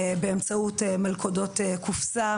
באמצעות מלכודות קופסה,